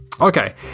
Okay